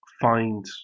find